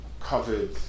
covered